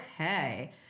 Okay